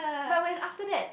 but when after that